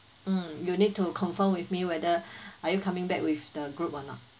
mm you need to confirm with me whether are you coming back with the group or not